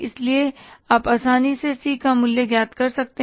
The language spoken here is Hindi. इसलिए आप आसानी से सी का मूल्य ज्ञात कर सकते हैं